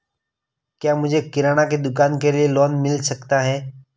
क्या मुझे किराना की दुकान के लिए लोंन मिल सकता है?